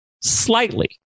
slightly